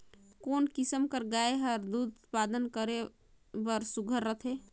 कोन किसम कर गाय हर दूध उत्पादन बर सुघ्घर रथे?